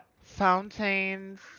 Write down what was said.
Fountains